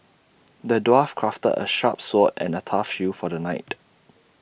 the dwarf crafted A sharp sword and A tough shield for the knight